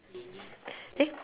eh